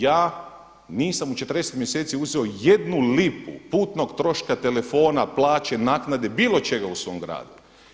Ja nisam u 40 mjeseci uzeo jednu lipu putnog troška, telefona, plaće, naknade, bilo čega u svog gradu.